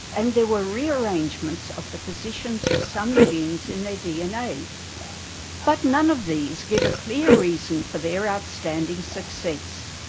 and there were rearrangements of the positions of some genes in their dna but none of these give a clear reason for their outstanding success.